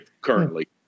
currently